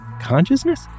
consciousness